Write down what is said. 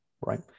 right